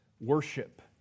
worship